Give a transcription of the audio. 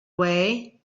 away